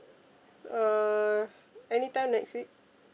uh anytime next week